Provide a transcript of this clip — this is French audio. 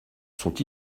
sont